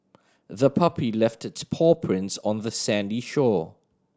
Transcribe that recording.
the puppy left its paw prints on the sandy shore